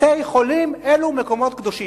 בתי-חולים הם מקומות קדושים,